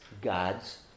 God's